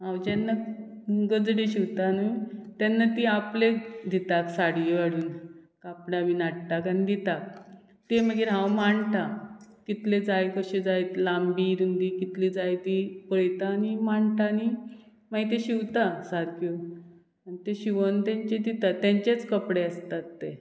हांव जेन्ना गजडी शिंवता न्हू तेन्ना ती आपले दिता साडयो हाडून कापडां बी हाडटा आनी दिता तीं मागीर हांव मांडटा कितले जाय कशें जाय लांबी रुंदी कितली जाय ती पळयता आनी मांडटा आनी मागीर ते शिंवता सारक्यो आनी ते शिंवोन तेंचें दिता तेंचेच कपडे आसतात ते